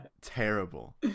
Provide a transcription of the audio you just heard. terrible